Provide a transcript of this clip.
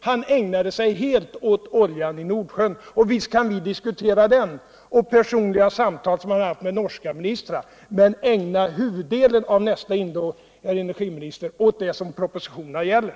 Han ägnade sig helt åt oljan i Nordsjön och personliga samtal som han haft med norska ministrar. Visst kan vi diskutera detta, men ägna huvuddelen av nästa inlägg, herr energiminister, åt det som propositionerna gäller!